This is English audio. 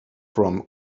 from